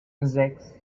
sechs